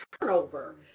turnover